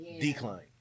decline